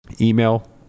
email